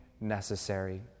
necessary